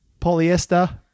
polyester